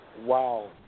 wow